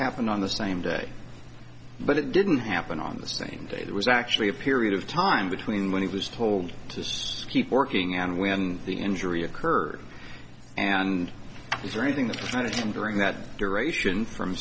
happened on the same day but it didn't happen on the same day that was actually a period of time between when he was told to keep working and when the injury occurred and he's raising this kind of time during that duration from